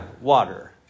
water